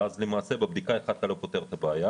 ואז למעשה בבדיקה אחת אתה לא פותר את הבעיה